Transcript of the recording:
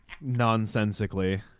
nonsensically